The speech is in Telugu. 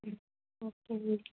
ఓకేనండి